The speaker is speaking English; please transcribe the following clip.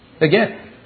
Again